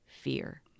fear